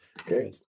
Okay